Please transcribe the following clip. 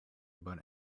about